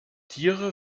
tiere